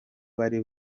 bari